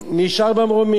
נשאר במרומים.